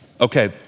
Okay